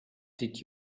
did